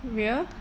ria